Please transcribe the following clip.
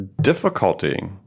difficulty